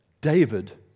David